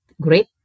great